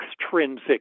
extrinsic